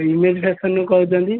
email ସେକ୍ସନ୍ରୁ କହୁଛନ୍ତି